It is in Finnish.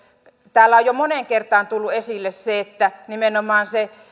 täällä on jo moneen kertaan tullut esille se että nimenomaan